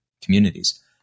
communities